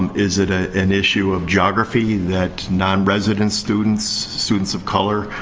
is it ah an issue of geography that non-resident students, students of color,